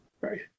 right